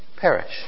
perish